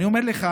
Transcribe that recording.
אני אומר לך: